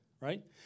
right